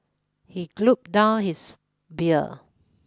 he gulped down his beer